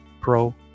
Pro